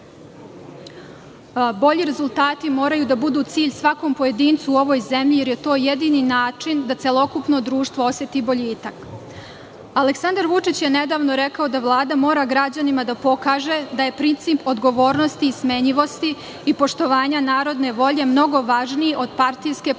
bolji rezultati moraju da budu cilj svakom pojedincu u ovoj zemlji, jer je to jedini način da celokupno društvo oseti boljitak. Aleksandar Vučić je nedavno rekao da Vlada mora građanima da pokaže da je princip odgovornosti, smenjivosti i poštovanja narodne volje mnogo važniji od partijske poslušnosti